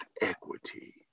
equity